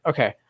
Okay